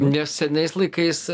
nes senais laikais